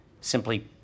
Simply